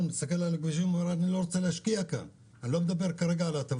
היו לנו הרבה מתפרות